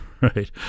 Right